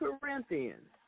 Corinthians